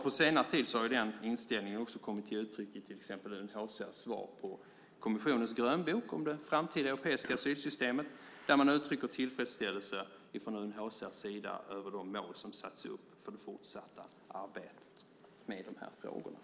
På senare tid har den inställningen också kommit till uttryck i till exempel UNHCR:s svar på kommissionens grönbok om det framtida europeiska asylsystemet, där UNHCR uttrycker tillfredsställelse över de mål som satts upp för det fortsatta arbetet med de här frågorna.